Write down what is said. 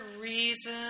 reason